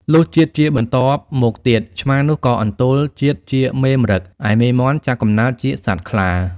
លុះជាតិជាបន្ទាប់មកទៀត ឆ្មានោះ ក៏អន្ទោលជាតិជាមេម្រឹត ឯមេមាន់ ចាប់កំណើតជាសត្វខ្លា ។